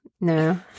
No